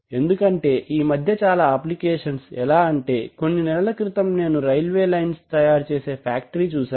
ఎందుకంటే ఈ మధ్య చాలా అప్ప్లికేషన్స్ ఎలా అంటే కొన్ని నెలల క్రితం నేను రైల్వే లైన్స్ తయారు చేసే ఫ్యాక్టరీ చూశాను